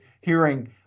hearing